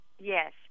Yes